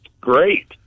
great